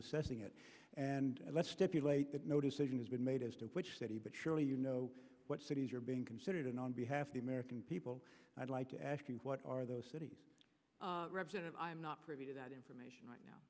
assessing it and let's stipulate that no decision has been made as to which city but surely you know what cities are being considered and on behalf of the american people i'd like to ask what are those cities represent and i'm not privy to that information right now